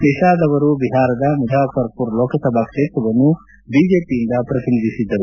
ನಿಶಾದ್ ಅವರು ಬಿಹಾರದ ಮುಜಾಫರ್ಮರ್ ಲೋಕಸಭಾ ಕ್ಷೇತ್ರವನ್ನು ಬಿಜೆಪಿಯಿಂದ ಪ್ರತಿನಿಧಿಸಿದ್ದರು